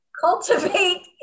cultivate